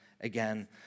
again